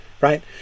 Right